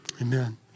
Amen